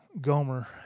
Gomer